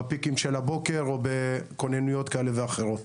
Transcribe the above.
בפיקים של הבוקר או בכוננויות כאלה ואחרות.